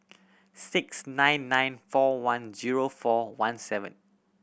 six nine nine four one zero four one seven